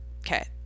Okay